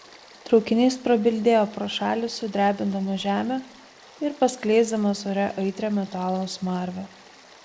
traukinys prabildėjo pro šalį sudrebindamas žemę ir paskleisdamas ore aitrią metalo smarvę